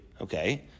Okay